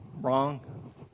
Wrong